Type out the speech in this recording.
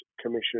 Commission